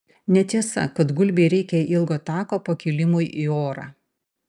netiesa kad gulbei reikia ilgo tako pakilimui į orą